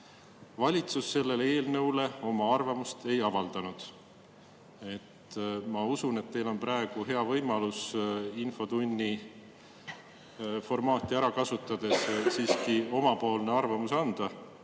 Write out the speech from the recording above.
Valitsus selle eelnõu kohta oma arvamust ei avaldanud. Ma usun, et teil on praegu hea võimalus infotunni formaati ära kasutades siiski omapoolne arvamus anda.